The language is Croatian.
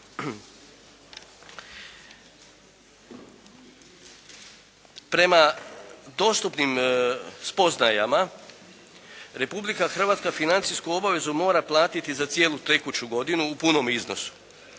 Prema dostupnim spoznajama Republika Hrvatska financijsku obavezu mora platiti za cijelu tekuću godinu u punom iznosu,